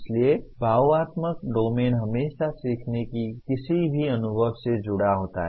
इसलिए भावात्मक डोमेन हमेशा सीखने के किसी भी अनुभव से जुड़ा होता है